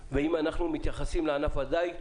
והאם אנחנו מתייחסים לענף הדייג.